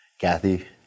Kathy